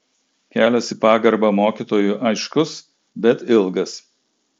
kelias į pagarbą mokytojui aiškus bet ilgas